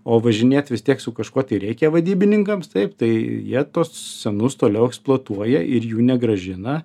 o važinėt vis tiek su kažkuo tai reikia vadybininkams taip tai jie tuos senus toliau eksploatuoja ir jų negrąžina